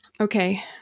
Okay